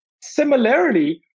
Similarly